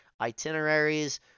itineraries